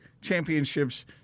championships